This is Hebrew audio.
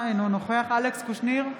אינו נוכח אלכס קושניר,